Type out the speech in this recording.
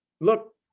look